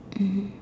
mmhmm